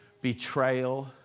betrayal